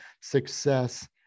success